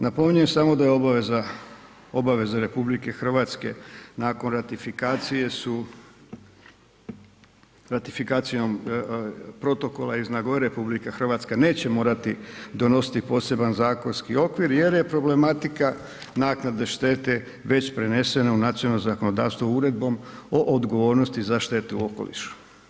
Napominjem samo da je obaveza, obaveza RH nakon ratifikacije su, ratifikacijom protokola iz Nagoje RH neće morati donositi poseban zakonski okvir jer problematika naknadne štete već prenesena u nacionalno zakonodavstvo uredbom o odgovornosti za štetu u okolišu.